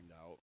out